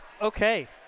Okay